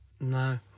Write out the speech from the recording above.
no